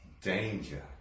danger